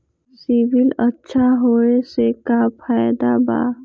CIBIL अच्छा होऐ से का फायदा बा?